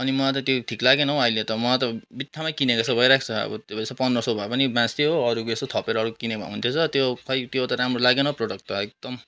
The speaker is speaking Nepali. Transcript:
अनि मलाई त त्यो ठिक लागेन हो अहिले त मलाई त बित्थामा किनेको जस्तो भइरहेछ अब त्यो यसो पन्ध्र सौ भए पनि बाँच्थ्यो हो अरू केही यसो थपेर अरू किनेको भए हुने रहेछ त्यो खै त्यो त राम्रो लागेन हो प्रडक्ट त एकदम